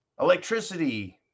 electricity